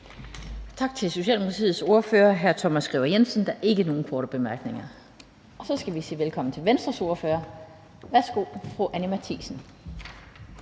Tak til Socialdemokratiets ordfører, hr. Thomas Skriver Jensen. Der er ikke nogen korte bemærkninger. Så skal vi sige velkommen til Venstres ordfører. Værsgo til fru Anni Matthiesen.